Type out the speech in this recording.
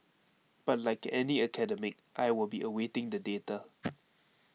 but like any academic I will be awaiting the data